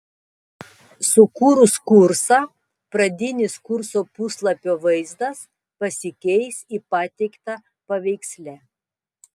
sukūrus kursą pradinis kurso puslapio vaizdas pasikeis į pateiktą paveiksle